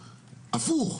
הפוך,